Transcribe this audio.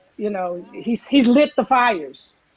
you know, he's he's lit the fires.